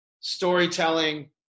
storytelling